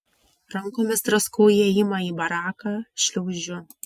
rankomis draskau įėjimą į baraką šliaužiu